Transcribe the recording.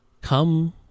come